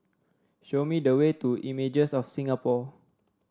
show me the way to Images of Singapore